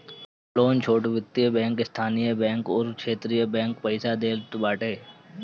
loan छोट वित्तीय bank, स्थानीय बैंक अउरी क्षेत्रीय बैंक पईसा देत बाटे